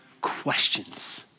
questions